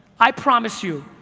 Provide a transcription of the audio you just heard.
i promise you,